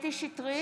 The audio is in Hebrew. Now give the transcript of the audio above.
קטי קטרין שטרית,